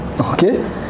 Okay